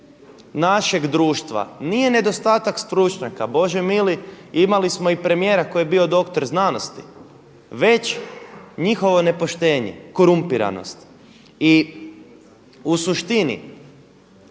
našeg društva nije nedostatak stručnjaka. Bože mili, imali smo i premijera koji je bio doktor znanosti, već njihovo nepoštenje, korumpiranost. I u suštini